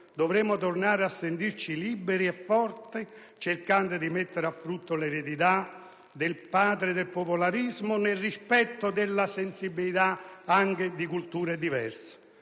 dovremmo tornare a sentirci liberi e forti cercando di mettere a frutto l'eredità del padre del popolarismo nel rispetto della sensibilità anche di culture diverse.